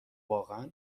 واقعا